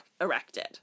erected